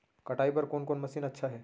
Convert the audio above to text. कटाई बर कोन कोन मशीन अच्छा हे?